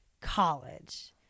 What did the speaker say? college